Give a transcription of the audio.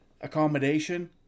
accommodation